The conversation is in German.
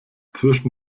zwischen